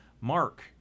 Mark